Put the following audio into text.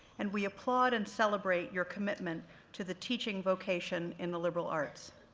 and we applaud and celebrate your commitment to the teaching vocation in the liberal arts.